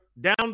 down